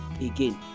again